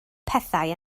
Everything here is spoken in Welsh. pethau